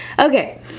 Okay